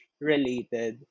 related